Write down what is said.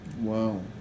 Wow